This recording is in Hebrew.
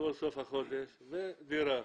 כל סוף חודש ודירה.